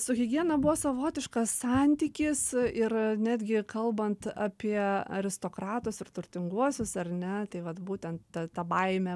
su higiena buvo savotiškas santykis ir netgi kalbant apie aristokratus ir turtinguosius ar ne tai vat būtent ta ta baimė